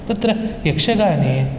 तत्र यक्षगाने